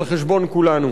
על חשבון כולנו.